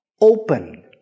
open